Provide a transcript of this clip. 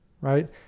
right